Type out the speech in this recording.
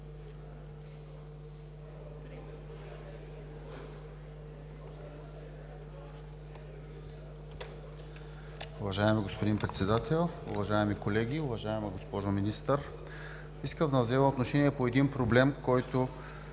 Уважаеми господин Председател, уважаеми колеги, уважаема госпожо Министър! Искам да взема отношение по един проблем, който